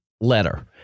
letter